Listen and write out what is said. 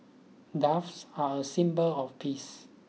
doves are a symbol of peace